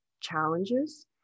challenges